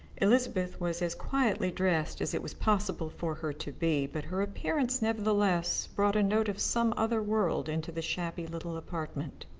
elizabeth was as quietly dressed as it was possible for her to be, but her appearance nevertheless brought a note of some other world into the shabby little apartment.